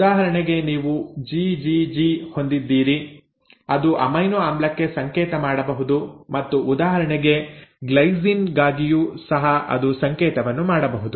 ಉದಾಹರಣೆಗೆ ನೀವು ಜಿಜಿಜಿ ಹೊಂದಿದ್ದೀರಿ ಅದು ಅಮೈನೊ ಆಮ್ಲಕ್ಕೆ ಸಂಕೇತ ಮಾಡಬಹುದು ಮತ್ತು ಉದಾಹರಣೆಗೆ ಗ್ಲೈಸಿನ್ ಗಾಗಿಯೂ ಸಹ ಅದು ಸಂಕೇತವನ್ನು ಮಾಡಬಹುದು